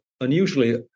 unusually